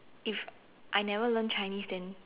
if I never learn Chinese then